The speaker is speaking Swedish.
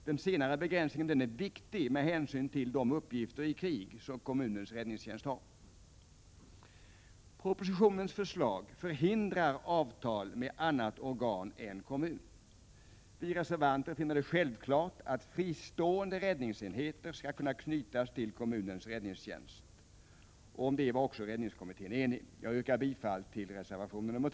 Denna senare begränsning är viktig med hänsyn till de uppgifter i krig som kommunens räddningstjänst har. Propositionens förslag förhindrar avtal med annat organ än kommun. Vi reservanter finner det självklart att fristående räddningsenheter skall kunna Prot. 1986/87:45 knytas till kommunens räddningstjänst. Om detta var också räddningstjänst 9 december 1986 <kommittén enig. Jag yrkar bifall till reservation 2. Ds.